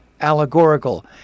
allegorical